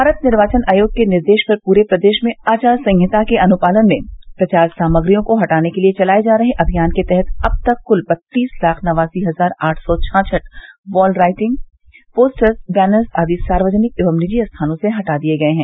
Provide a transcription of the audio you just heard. भारत निर्वाचन आयोग के निर्देश पर पूरे प्रदेश में आदर्श आचार संहिता के अनुपालन में प्रचार सामग्रियों को हटाने के लिये चलाये जा रहे अभियान के तहत अब तक कुल बत्तीस लाख नवासी हजार आठ सौ छाछठ वॉल राइअिंग पोस्टर्स बैनर्स आदि सार्वजनिक एवं निजी स्थानों से हटा दिये गये है